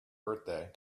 birthday